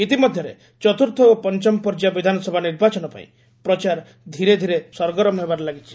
ଇତିମଧ୍ୟରେ ଚତୁର୍ଥ ଓ ପଞ୍ଚମ ପର୍ଯ୍ୟାୟ ବିଧାନସଭା ନିର୍ବାଚନ ପାଇଁ ପ୍ରଚାର ଧୀରେ ଧୀରେ ସରଗରମ ହେବାରେ ଲାଗିଛି